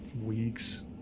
weeks